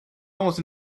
almost